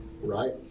right